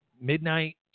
midnight